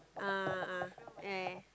a'ah yeah yeah